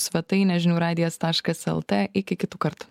svetainę žinių radijas taškas lt iki kitų kartų